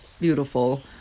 beautiful